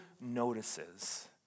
notices